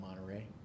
Monterey